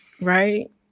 Right